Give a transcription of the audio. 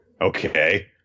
okay